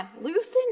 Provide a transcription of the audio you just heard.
loosen